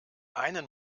einen